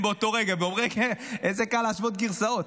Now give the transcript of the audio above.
באותו רגע ואומרים: איזה קל להשוות גרסאות.